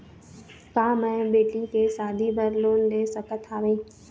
का मैं बेटी के शादी बर लोन ले सकत हावे?